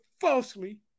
falsely